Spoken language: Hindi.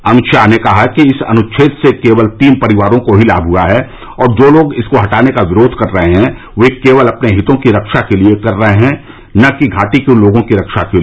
अमित शाह ने इस अनुछेद से केवल तीन परिवारों को ही लाभ हुआ है और जो लोग इसको हटाने का विरोध कर रहे हैं वे केवल अपने हितों की रक्षा के लिए कर रहे है न कि घाटी के लोगों की रक्षा के लिए